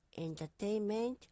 Entertainment